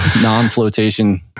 non-flotation